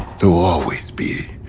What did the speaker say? there will always be,